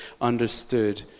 understood